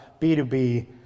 B2B